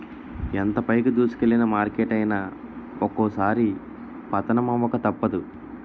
ఎంత పైకి దూసుకెల్లిన మార్కెట్ అయినా ఒక్కోసారి పతనమవక తప్పదు